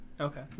Okay